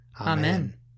Amen